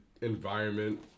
environment